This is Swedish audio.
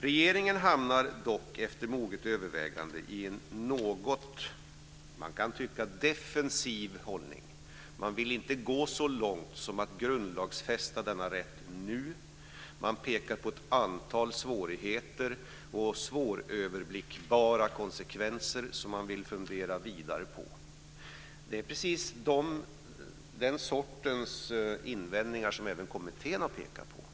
Regeringen hamnar dock efter moget övervägande i en något, kan man tycka, defensiv hållning. Man vill inte gå så långt som att grundlagsfästa denna rätt nu. Man pekar på ett antal svårigheter och svåröverblickbara konsekvenser som man vill fundera vidare på. Det är precis den sortens invändningar som även kommittén har pekat på.